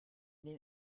dem